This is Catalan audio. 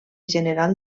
general